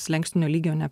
slenkstinio lygio ne